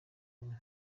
ubu